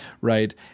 right